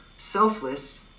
selfless